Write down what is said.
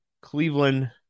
Cleveland